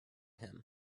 him